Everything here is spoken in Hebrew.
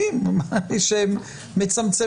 אבל בסוף המטרה היא לא קשר שמנתקים,